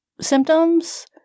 symptoms